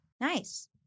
nice